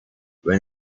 when